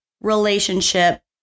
relationship